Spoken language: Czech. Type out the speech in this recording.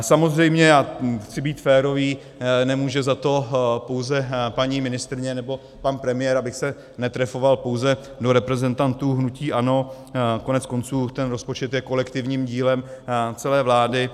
Samozřejmě, a chci být férový, nemůže za to pouze paní ministryně nebo pan premiér, abych se netrefoval pouze do reprezentantů hnutí ANO, koneckonců ten rozpočet je kolektivním dílem celé vlády.